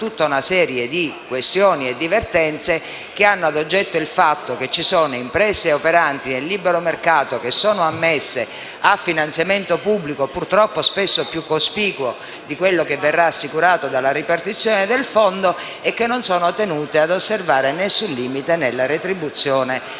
tutta una serie di questioni e di vertenze aventi ad oggetto il fatto che vi siano imprese operanti nel libero mercato ammesse a un finanziamento pubblico, purtroppo spesso più cospicuo di quello che verrà assicurato dalla ripartizione del fondo, e che non sono tenute ad osservare nessun limite nella retribuzione